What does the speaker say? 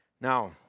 Now